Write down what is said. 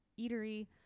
eatery